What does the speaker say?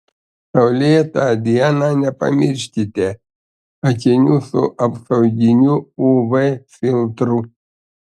saulėtą dieną nepamirškite akinių su apsauginiu uv filtru